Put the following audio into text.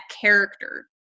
character